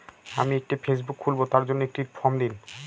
আমি একটি ফেসবুক খুলব তার জন্য একটি ফ্রম দিন?